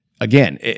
again